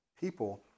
People